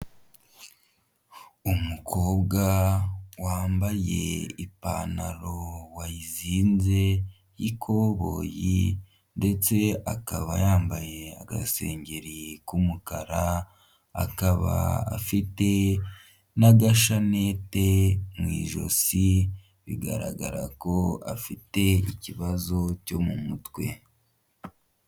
Umukobwa wambaye ipantaro wayizinze y'ikoboyi ndetse akaba yambaye agasengeri k'umukara akaba afite n'agashanete mu ijosi bigaragara ko afite ikibazo cyo mu mutwe.